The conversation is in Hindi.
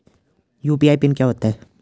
यु.पी.आई पिन क्या होता है?